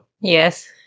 yes